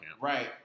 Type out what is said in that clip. Right